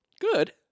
good